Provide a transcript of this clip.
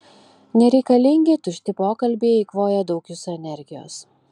nereikalingi tušti pokalbiai eikvoja daug jūsų energijos